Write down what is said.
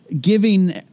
giving